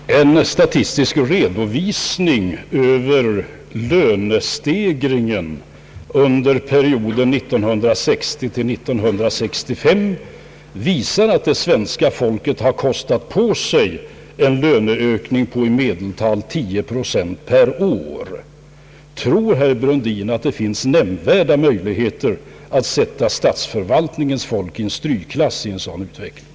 Herr talman! En statistisk utredning om lönestegringen under perioden 1960 —1965 visar att det svenska folket kostat på sig en löneökning av i medeltal 10 procent per år. Tror herr Brundin att det finns nämnvärda möjligheter att sätta statsförvaltningens folk i strykklass i en sådan utveckling?